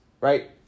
Right